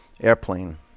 Airplane